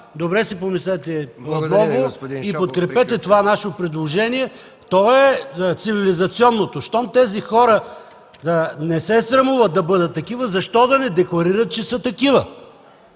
добре си помислете и подкрепете това наше предложение. То е цивилизационно. Щом тези хора не се срамуват да бъдат такива, защо да не декларират, че са такива?!